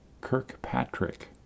Kirkpatrick